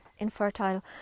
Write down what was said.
infertile